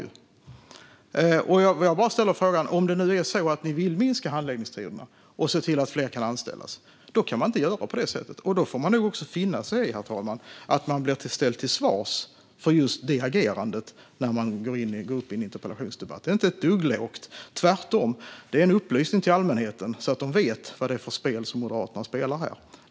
Jag ställde bara en fråga om det. Om ni nu vill minska handläggningstiderna och se till att fler kan anställas kan ni inte göra på det sättet, utan man får finna sig i att bli ställd till svars för sitt agerande när man går upp i en interpellationsdebatt. Detta är inte ett dugg lågt. Tvärtom är det en upplysning till allmänheten så att den får veta vilket spel Moderaterna spelar här.